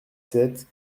sept